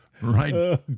Right